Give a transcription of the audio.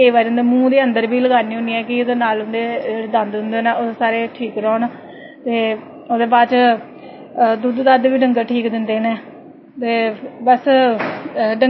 ते केंई बारी उंदे मुंह दे अन्दर बी लगानी होन्नी आं ओह्दे नाल उंदे दंद जेह्ड़े ठीक रौह्न ते ओह्दे बाद च दुध्द दुद्ध बी डंगर ठीक दिंदे न ते बस